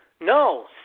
No